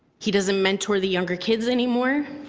he doesn't mentor the younger kids any more,